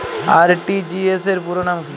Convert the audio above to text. RTGS র পুরো নাম কি?